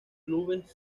clubes